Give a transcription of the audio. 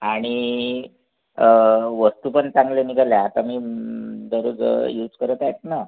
आणि वस्तू पण चांगल्या निघाल्या आता मी दररोज यूज करत आहेत ना